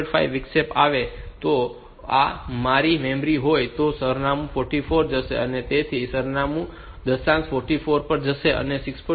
5 વિક્ષેપ આવે તો જો આ મારી મેમરી હોય તો તે સરનામું 44 પર જશે તેથી તે સરનામું દશાંશ 44 પર જશે અને જો તે 6